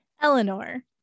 Eleanor